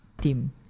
team